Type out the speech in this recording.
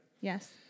Yes